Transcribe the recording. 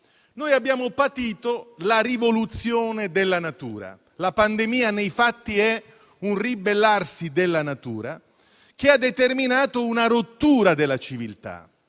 Noi abbiamo patito la rivoluzione della natura. La pandemia, nei fatti, è un ribellarsi della natura, che ha determinato una rottura della civiltà.